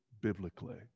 biblically